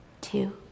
two